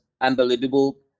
unbelievable